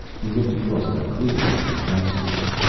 he looked across the clearing at the skyscraper.